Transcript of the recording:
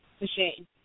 machine